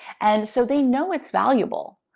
and so they know it's valuable,